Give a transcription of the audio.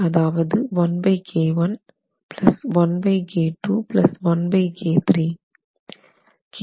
அதாவது